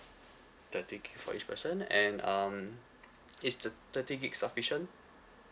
thirty gig for each person and um is the thirty gig sufficient